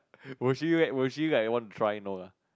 will she like will she like want to try no lah